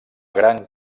gran